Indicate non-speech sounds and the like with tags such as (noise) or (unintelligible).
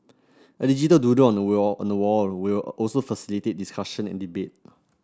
a digital doodle (unintelligible) wall will also facilitate discussion and debate